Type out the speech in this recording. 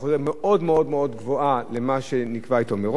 מאוד מאוד מאוד גבוהה יחסית למה שנקבע אתו מראש.